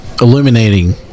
illuminating